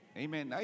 amen